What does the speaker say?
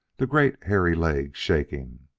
the great, hairy legs shaking.